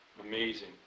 amazing